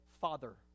Father